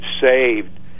saved